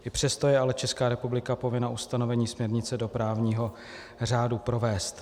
I přesto je ale Česká republika povinna ustanovení směrnice do právního řádu provést.